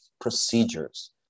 procedures